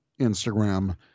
Instagram